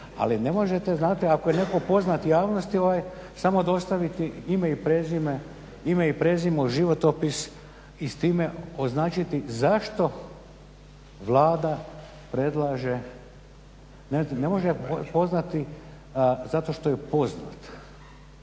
ali ne možete, znate ako je netko poznat javnosti samo dostaviti ime i prezime uz životopis i s time označiti zašto Vlada predlaže. Ne može zato što je poznat,